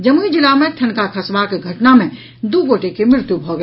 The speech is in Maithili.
जमुई जिला मे ठनका खसबाक घटना मे दू गोटे के मृत्यु भऽ गेल